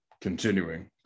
continuing